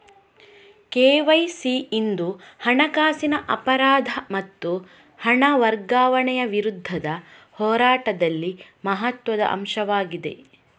KYC ಇಂದು ಹಣಕಾಸಿನ ಅಪರಾಧ ಮತ್ತು ಹಣ ವರ್ಗಾವಣೆಯ ವಿರುದ್ಧದ ಹೋರಾಟದಲ್ಲಿ ಮಹತ್ವದ ಅಂಶವಾಗಿದೆ